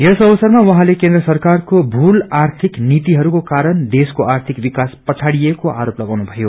यस अवसरमा उहाँले केन्द्र सरक्वरको भूल आर्थिक नीतिहरूको कारण देशको आर्थिक विकास पछाड़िएको आरोप लागाउनु भयो